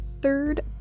third